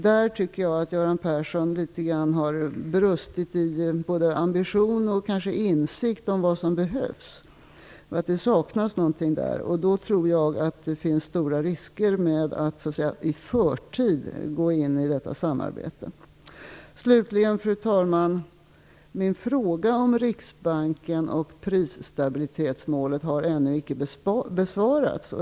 Där tycker jag att Göran Persson har brustit i både ambition och insikt om vad som behövs. Det saknas någonting. Då tror jag att det finns stora risker med att i förtid gå in i detta samarbete. Slutligen, fru talman, har min fråga om Riksbanken och prisstabilitetsmålet ännu icke besvarats.